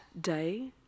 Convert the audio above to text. day